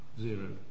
zero